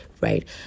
Right